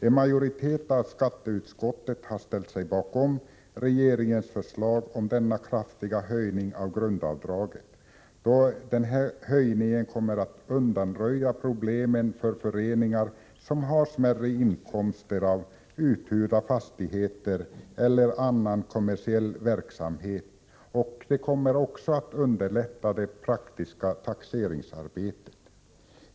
En majoritet av skatteutskottet har ställt sig bakom regeringens förslag om denna kraftiga höjning av grundavdraget, då höjningen undanröjer problemen för föreningar som har smärre inkomster av uthyrda fastigheter eller annan kommersiell verksamhet och också underlättar det praktiska tax 7 eringsarbetet.